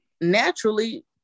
naturally